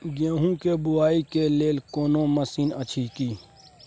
गेहूँ के बुआई के लेल कोनो मसीन अछि की?